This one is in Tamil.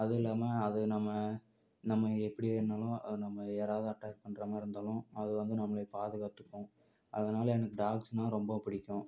அதுவும் இல்லாமல் அது நம்ம நம்ம எப்படி வேணும்னாலும் நம்மளை யாராவது அட்டாக் பண்ணுறமாரி இருந்தாலும் அது வந்து நம்மள பாதுகாத்துக்கும் அதனால எனக்கு டாக்ஸ்னால் ரொம்ப பிடிக்கும்